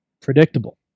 predictable